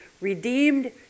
redeemed